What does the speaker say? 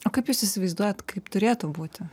o kaip jūs įsivaizduojat kaip turėtų būti